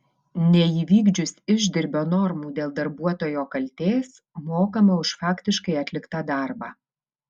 neįvykdžius išdirbio normų dėl darbuotojo kaltės mokama už faktiškai atliktą darbą